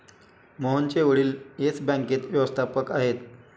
मोहनचे वडील येस बँकेत व्यवस्थापक आहेत